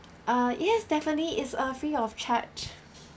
uh yes definitely is uh free of charge